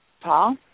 Paul